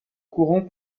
courant